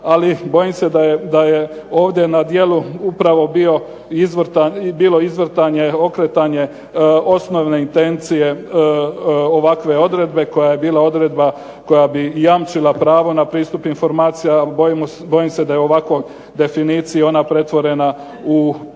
Ali bojim se da je ovdje na djelu upravo bilo izvrtanje, okretanje osnovne intencije ovakve odredbe koja je bila odredba koja bi jamčila pravo na pristup informacijama. Bojim se da je u ovakvoj definiciji ona pretvorena u pretežno